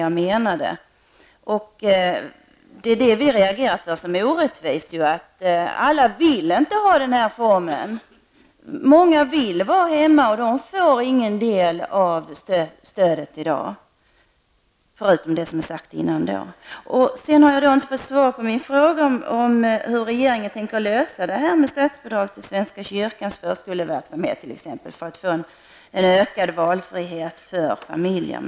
Men alla vill inte använda sig av dem. Vi har reagerat mot den orättvisa som ligger i att de många som vill ta hand om sina barn hemma inte får del av barnstödet, bortsett från barnbidraget. Jag har inte fått svar på min fråga om hur regeringen tänker lösa frågan om statsbidrag t.ex. till svenska kyrkans förskoleverksamhet för att skapa en ökad valfrihet för barnfamiljer.